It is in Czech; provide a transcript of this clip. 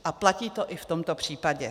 A platí to i v tomto případě.